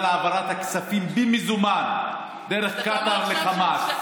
העברת הכספים במזומן דרך קטאר לחמאס.